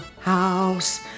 house